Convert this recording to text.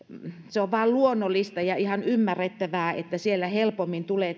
on vain luonnollista ja ihan ymmärrettävää että siellä helpommin tulee